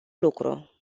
lucru